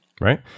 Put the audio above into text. Right